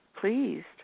pleased